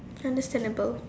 understandable